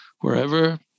wherever